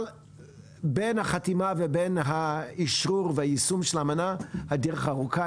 בין החתימה ובין האשרור והיישום של האמנה הדרך ארוכה.